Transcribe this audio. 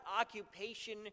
occupation